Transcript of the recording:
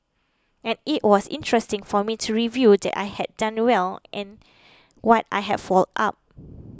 and it was interesting for me to review what I had done well and what I had fouled up